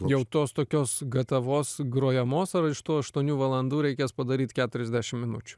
jau tos tokios gatavos grojamos ar iš tų aštuonių valandų reikės padaryt keturiasdešim minučių